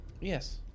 Yes